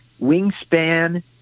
wingspan